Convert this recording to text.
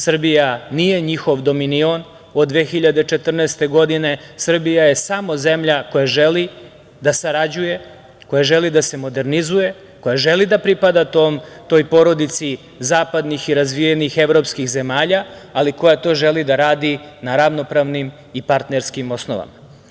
Srbija nije njihov dominion od 2014. godine, Srbija je samo zemlja koja želi da sarađuje, koja želi da se modernizuje, koja želi da pripada toj porodici zapadnih i razvijenih evropskih zemalja, ali koja to želi da radi na ravnopravnim i partnerskim osnovama.